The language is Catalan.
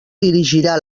dirigirà